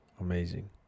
Amazing